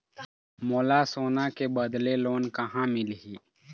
मोला सोना के बदले लोन कहां मिलही?